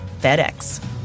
FedEx